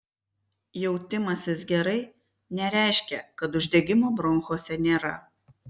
jautimasis gerai nereiškia kad uždegimo bronchuose nėra